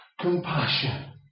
compassion